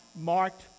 marked